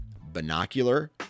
binocular